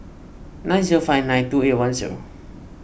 nine zero five nine two eight one zero